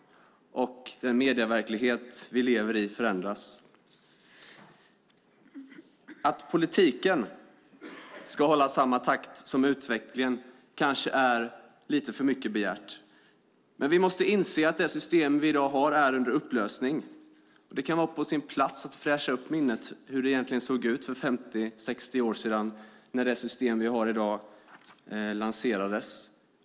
Den medieverklighet som vi lever i förändras. Att politiken ska hålla samma takt som utvecklingen kanske är lite för mycket begärt. Men vi måste inse att det system som vi har i dag är under upplösning. Det kan vara på sin plats att fräscha upp minnet av hur det egentligen såg ut för 50 eller 60 år sedan, när det system som vi har i dag lanserades.